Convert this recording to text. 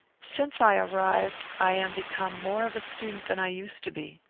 since i arrived, i am become more of a student than i used to be.